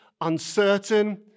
uncertain